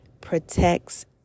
protects